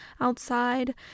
outside